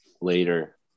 later